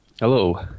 Hello